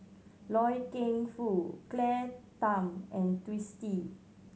Loy Keng Foo Claire Tham and Twisstii